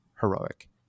heroic